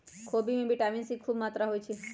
खोबि में vitamin C खूब मत्रा होइ छइ